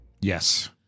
Yes